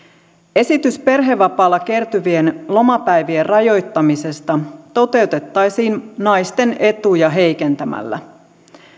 esitys perhevapaalla kertyvien lomapäivien rajoittamisesta toteutettaisiin naisten etuja heikentämällä